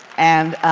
and